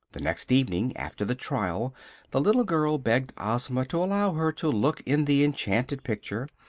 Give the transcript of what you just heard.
the next evening after the trial the little girl begged ozma to allow her to look in the enchanted picture,